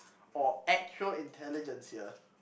or actual intelligence here